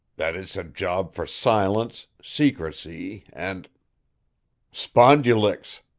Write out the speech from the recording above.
that it's a job for silence, secrecy, and spondulicks,